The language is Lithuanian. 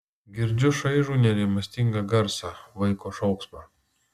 girdžiu šaižų nerimastingą garsą vaiko šauksmą